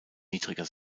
niedriger